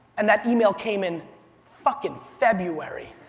and that e-mail came in fucking february.